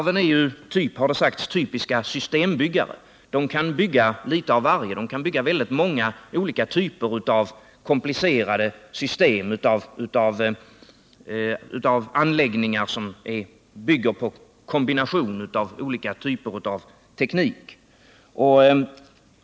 Det har sagts att varven är typiska systembyggare; de kan 97 bygga litet av varje, det kan vara många olika typer av komplicerade system och anläggningar som baseras på kombination av olika typer av teknik.